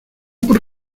por